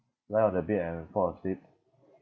lie on the bed and fall asleep